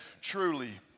truly